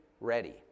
ready